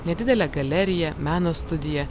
nedidelę galeriją meno studiją